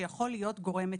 שיכול להיות גורם מטפל.